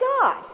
God